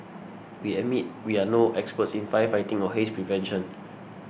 we admit we are no experts in firefighting or haze prevention